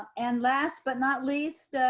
and last but not least,